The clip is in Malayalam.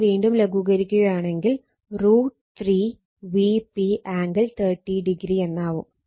ഇത് വീണ്ടും ലഘൂകരിക്കുകയാണെങ്കിൽ √3 Vp ആംഗിൾ 30o എന്നാവും